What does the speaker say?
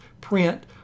print